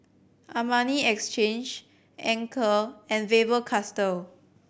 Armani Exchange Anchor and Faber Castell